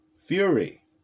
Fury